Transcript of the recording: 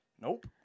Nope